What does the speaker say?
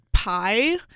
Pie